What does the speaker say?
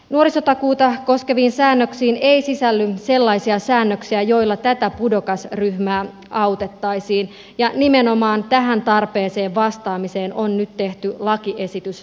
nuorisotakuuta koskeviin säännöksiin ei sisälly sellaisia säännöksiä joilla tätä pudokasryhmää autettaisiin ja nimenomaan tähän tarpeeseen vastaamiseen on nyt tehty lakiesitys tarkoitettu